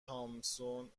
تامسون